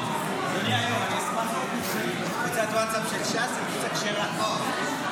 ציבוריים בישראל, התשפ"ג 2023, של חברת